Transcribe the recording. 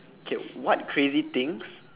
K what crazy things